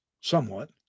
somewhat